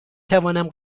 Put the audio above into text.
توانم